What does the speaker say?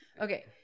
Okay